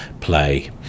play